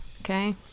Okay